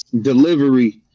delivery